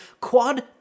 quad